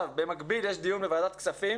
במקביל יש דיון בוועדת כספים